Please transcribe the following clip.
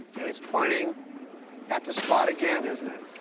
it's pointing at the spot again, isn't it?